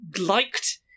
liked